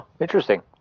interesting